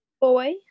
boy